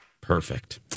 Perfect